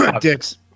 Dicks